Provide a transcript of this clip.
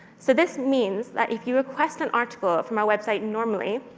so this means that if you request an article from our website normally,